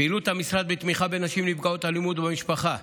פעילות המשרד בתמיכה בנשים נפגעות אלימות במשפחה: